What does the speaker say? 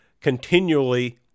continually